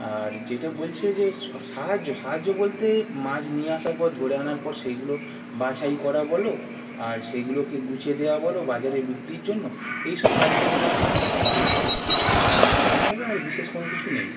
আর যেটা বলছে যে সাহায্য সাহায্য বলতে মাজ নিয়ে আসার পর ধরে আনার পর সেইগুলো বাছাই করা বলো আর সেইগুলোকে গুছিয়ে দেওয়া বলো বাজারে বিক্রির জন্য এইসব কাজে তো ওদের হাত তো থাকেই আর তেমনভাবে আর বিশেষ কোনো কিছু নেই